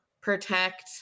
protect